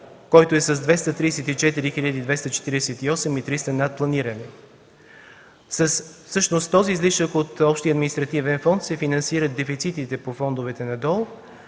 който е с 234 млн. 248 хил. и 300 лева над планирания. Всъщност с излишъка от общия административен фонд се финансират дефицитите по фондовете надолу,